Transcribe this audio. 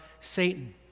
Satan